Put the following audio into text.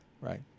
right